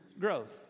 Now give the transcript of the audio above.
growth